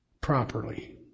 properly